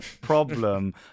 problem